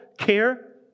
care